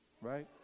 right